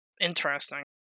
interesting